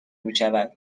میشود